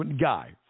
guy